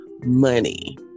money